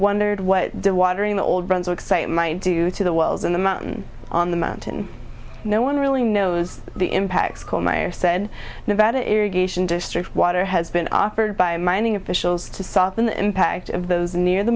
wondered what the watering the old brunswick site might do to the wells in the mountain on the mountain no one really knows the impacts called meyer said nevada irrigation district water has been offered by mining officials to soften the impact of those near the